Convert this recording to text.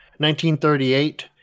1938